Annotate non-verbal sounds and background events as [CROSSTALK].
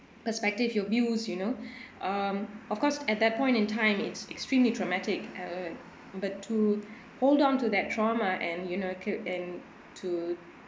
perspective you views you know [BREATH] um of course at that point in time it's extremely traumatic uh but to hold on to that trauma and you know co~ and to